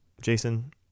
Jason